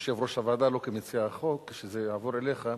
יושב-ראש הוועדה, לא כמציע החוק, כשזה יעבור אליך,